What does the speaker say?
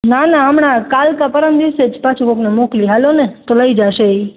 ના ના અમણા કાલ કે પરમ દિવસે જ પાછું કોકને મોકલી હાલો ને લઈ જાસે ઈ